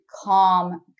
calm